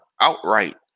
outright